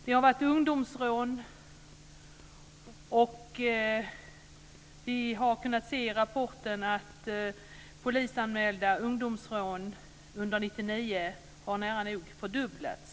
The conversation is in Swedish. Det har förövats ungdomsrån, och vi har i BRÅ-rapporten kunnat se att antalet polisanmälda ungdomsrån under 1999 nära nog fördubblats.